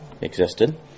existed